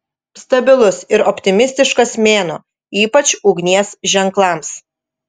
stabilus ir optimistiškas mėnuo ypač ugnies ženklams